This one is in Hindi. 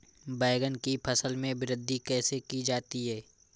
बैंगन की फसल में वृद्धि कैसे की जाती है?